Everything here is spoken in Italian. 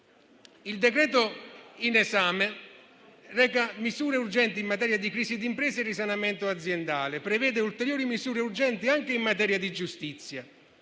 Il decreto-legge in esame reca misure urgenti in materia di crisi d'impresa e risanamento aziendale e prevede ulteriori misure urgenti anche in materia di giustizia.